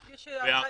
אבל כפי שאמרה